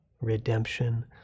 redemption